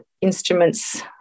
instruments